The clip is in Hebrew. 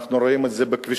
אנחנו רואים את זה בכבישים.